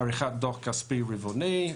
עריכת דוח כספי רבעוני,